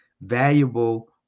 valuable